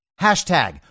hashtag